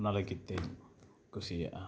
ᱚᱱᱟ ᱞᱟᱹᱜᱤᱫᱛᱮᱧ ᱠᱩᱥᱤᱭᱟᱜᱼᱟ